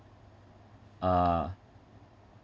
uh